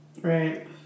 right